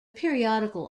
periodical